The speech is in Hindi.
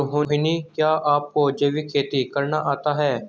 रोहिणी, क्या आपको जैविक खेती करना आता है?